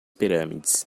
pirâmides